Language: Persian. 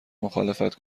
مخالفت